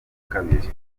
kabiri